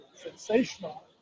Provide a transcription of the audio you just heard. sensational